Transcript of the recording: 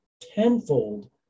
tenfold